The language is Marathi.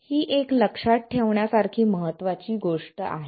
ही एक लक्षात ठेवण्यासारखी महत्त्वाची गोष्ट आहे